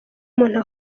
umuntu